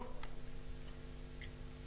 אנחנו לא צריכים כספים גדולים.